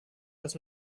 das